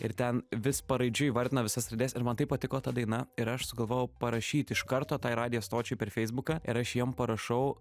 ir ten vis paraidžiui vardina visas raides ir man taip patiko ta daina ir aš sugalvojau parašyt iš karto tai radijo stočiai per feisbuką ir aš jiem parašau